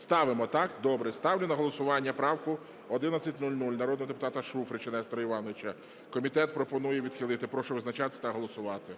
Ставимо, так? Добре. Ставлю на голосування правку 1100 народного депутата Шуфрича Нестора Івановича. Комітет пропонує відхилити. Прошу визначатися та голосувати.